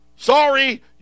Sorry